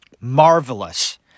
marvelous